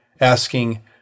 asking